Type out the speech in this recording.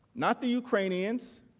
not the ukrainians,